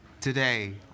today